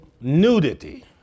nudity